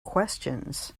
questions